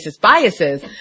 biases